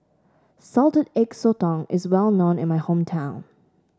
Salted Egg Sotong is well known in my hometown